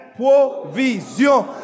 provision